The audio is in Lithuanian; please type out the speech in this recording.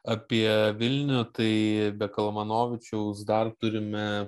apie vilnių tai be kalmanovičiaus dar turime